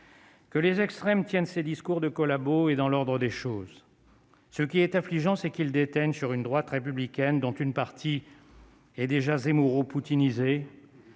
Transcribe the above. Que les extrêmes tiennent ces discours de collabo et dans l'ordre des choses, ce qui est affligeant, c'est qu'ils détiennent sur une droite républicaine dont une partie est déjà Zemmour au Poutine